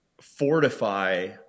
fortify